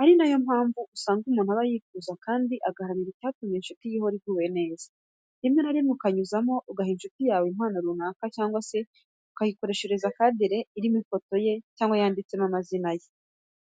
ari na yo mpamvu usanga umuntu aba yifuza kandi agaharanira icyatuma inshuti ye ihora iguwe neza. Rimwe na rimwe ukanyuzamo ugaha inshuti yawe impano runaka cyangwa se ukayikoreshereza kadere irimo ifoto ye cyangwa yanditsemo amazina ye.